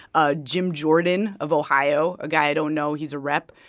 ah jim jordan of ohio, a guy i don't know he's a rep.